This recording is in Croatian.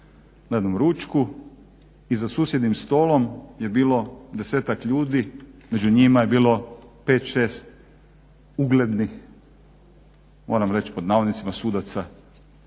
na jednom ručku i za susjednim stolom je bilo 10-tak ljudi, među njima je bilo 5,6 uglednih moram reći pod navodnicima sudaca